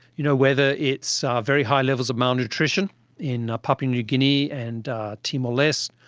you know whether it's very high levels of malnutrition in papua new guinea and timor leste,